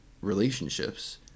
relationships